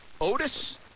Otis